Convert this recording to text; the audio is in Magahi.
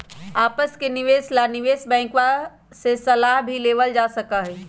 आपस के निवेश ला निवेश बैंकवा से सलाह भी लेवल जा सका हई